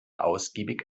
ausgiebig